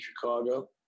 chicago